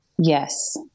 Yes